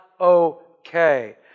okay